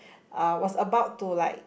uh was about to like